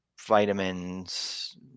vitamins